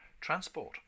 Transport